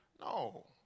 No